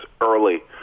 early